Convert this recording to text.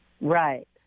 right